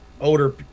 older